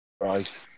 right